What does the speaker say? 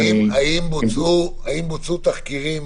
האם בוצעו תחקירים